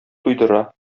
туйдыра